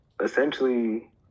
essentially